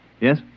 Yes